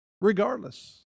regardless